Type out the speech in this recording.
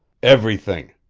everything!